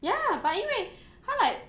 ya but 因为他 like